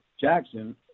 Jackson